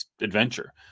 adventure